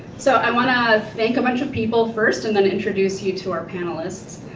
so i want to thank a bunch of people first and then introduce you to our panelists.